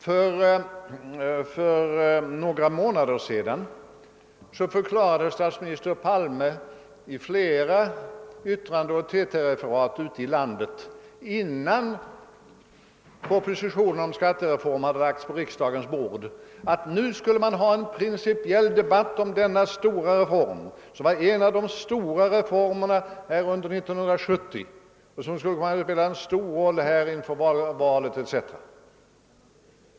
För några månader sedan förklarade statsminister Palme enligt TT-referat i flera yttranden ute i landet — det skedde innan propositionen om skattereformen hade lagts på riksdagens bord — att nu borde det bli en principiell debatt om denna reform, som var en av de stora reformerna under 1970-talet. Denna debatt skulle komma att spela en betydande roll inför valet, etc.